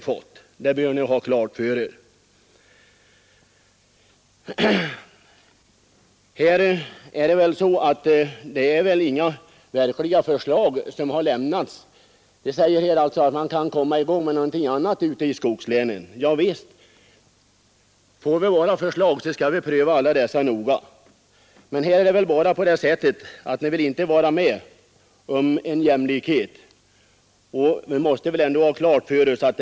Den saken bör ni ha klart för er Vidare har det sagts att man väl ute i skogslänen kan sätta i gång någon annan verksamhet. Ja, visst kan man det om möjligheter finns Men det har inte presenterats några verkliga förslag från er sida i varje fall i de sammanhangen. Får vi bara det, så skall vi pröva alla förslag mycket noga. Men här är det nog så att ni inte vill vara med om att skapa jämlikhet.